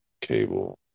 cable